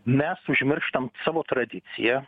mes užmirštam savo tradiciją